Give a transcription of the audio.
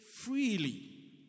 freely